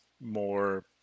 more